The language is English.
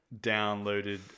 downloaded